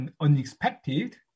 unexpected